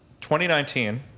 2019